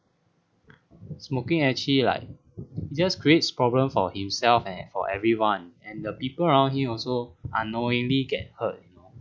smoking actually like it just creates problem for himself and for everyone and the people around him also unknowingly get hurt you know